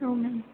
औ मेम